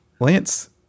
lance